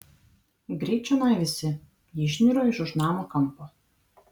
greit čionai visi ji išniro iš už namo kampo